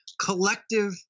collective